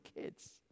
kids